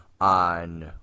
on